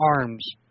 arms